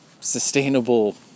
sustainable